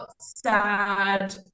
sad